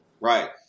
Right